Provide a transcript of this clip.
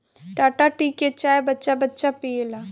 Tata tea के चाय बच्चा बच्चा पियेला